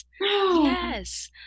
Yes